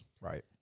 Right